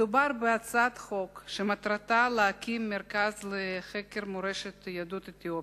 מדובר בהצעת חוק שמטרתה להקים מרכז לחקר מורשת יהדות אתיופיה,